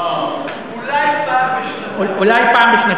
לא, אולי פעם בשנתיים.